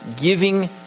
giving